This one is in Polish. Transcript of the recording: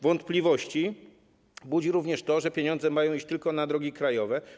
Wątpliwości budzi również to, że pieniądze mają iść tylko na drogi krajowe.